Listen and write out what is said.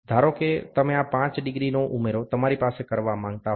ધારો કે તમે આ 5 ડિગ્રીનો ઉમેરો તમારી પાસે કરવા માંગતા હો